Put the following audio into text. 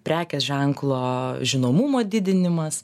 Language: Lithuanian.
prekės ženklo žinomumo didinimas